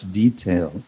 detail